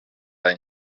any